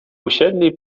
usiedli